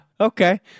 okay